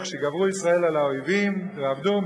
וכשגברו ישראל על האויבים ואיבדום,